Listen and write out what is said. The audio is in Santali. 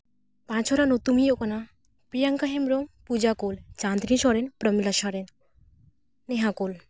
ᱯᱟᱸᱪ ᱦᱚᱲᱟᱜ ᱧᱩᱛᱩᱢ ᱦᱩᱭᱩᱜ ᱠᱟᱱᱟ ᱯᱤᱭᱟᱝᱠᱟ ᱦᱮᱢᱵᱨᱚᱢ ᱯᱩᱡᱟ ᱠᱳᱞ ᱪᱟᱸᱫᱽᱱᱤ ᱥᱚᱨᱮᱱ ᱯᱨᱚᱢᱤᱞᱟ ᱥᱚᱨᱮᱱ ᱱᱮᱦᱟ ᱠᱳᱞ